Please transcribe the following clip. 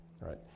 right